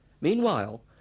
Meanwhile